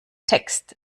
text